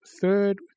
Third